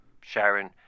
Sharon